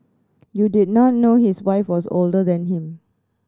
you did not know his wife was older than him